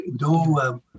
no